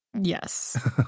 Yes